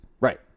Right